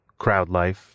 CrowdLife